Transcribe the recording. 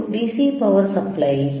ಇದು DC power ಸಪ್ಲೈಯೇ